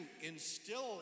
instill